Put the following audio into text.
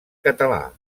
català